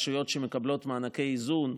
רשויות שמקבלות מענקי איזון,